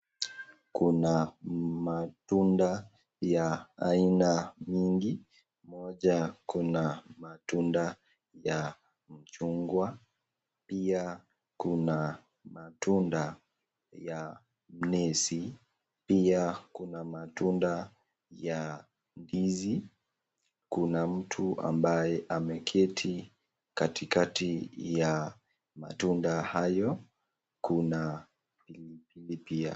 Kuna matunda ya aina nyingi moja kuna matunda ya machungwa, pia kuna matunda ya mnazi, pia kuna matunda ya ndizi, kuna mtu ambaye ameketi katikati ya matunda hayo kuna pilipili pia.